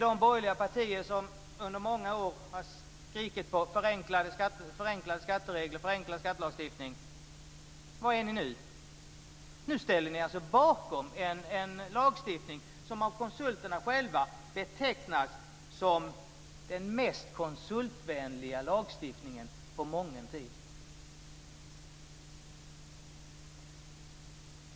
De borgerliga partierna har under många år skrikigt på förenklade skatteregler och förenklad skattelagstiftning. Var är ni nu? Nu ställer ni er bakom en lagstiftning som av konsulterna själva betecknas som den mest konsultvänliga lagstiftningen på mången tid.